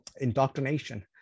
indoctrination